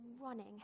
running